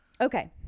Okay